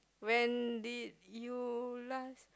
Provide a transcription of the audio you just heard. when did you last